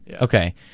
Okay